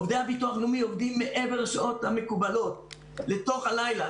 עובדי הביטוח הלאומי עובדים מעבר לשעות המקובלות לתוך הלילה,